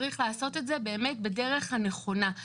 צריך לעשות את זה באמת בדרך הנכונה.